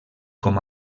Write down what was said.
com